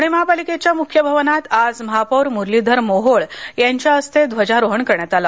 प्रणे महापालिकेच्या मुख्य भवनात आज महापौर मुरलीधर मोहोळ यांच्या हस्ते ध्वजारोहण करण्यात आलं